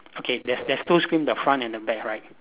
okay there's there's two screen the front and the back right